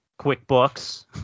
QuickBooks